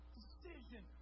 decision